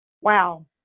wow